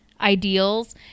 ideals